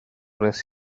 wnes